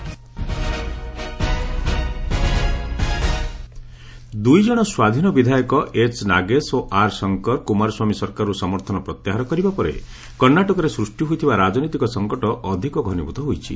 Karnataka crisis ଦୂଇ ଜଣ ସ୍ୱାଧୀନ ବିଧାୟକ ଏଚ୍ ନାଗେଶ ଓ ଆର୍ ଶଙ୍କର କୁମାରସ୍ୱାମୀ ସରକାରରୁ ସମର୍ଥନ ପ୍ରତ୍ୟାହାର କରିବା ପରେ କର୍ଷ୍ଣାଟକରେ ସୃଷ୍ଟି ହୋଇଥିବା ରାଜନୈତିକ ସଙ୍କଟ ଅଧିକ ଘନୀଭୂତ ହୋଇଛି